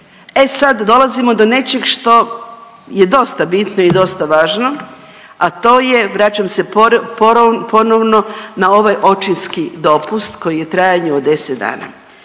E sad dolazimo do nečeg što je dosta bitno i dosta važno, a to je vraćam se ponovno na ovaj očinski dopust koji je u trajanju od 10 dana,